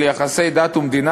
של יחסי דת ומדינה,